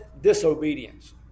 disobedience